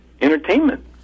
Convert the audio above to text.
entertainment